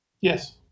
Yes